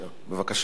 בבקשה, אדוני.